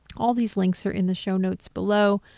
all these links are in the show notes below.